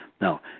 Now